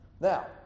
Now